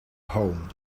home